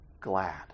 glad